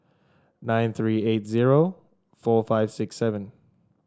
nine three eight zero four five six seven